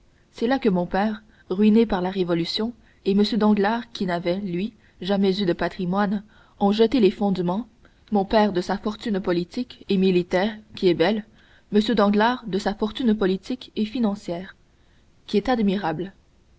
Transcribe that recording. c'est là que mon père ruiné par la révolution et m danglars qui n'avait lui jamais eu de patrimoine ont jeté les fondements mon père de sa fortune politique et militaire qui est belle m danglars de sa fortune politique et financière qui est admirable